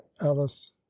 alice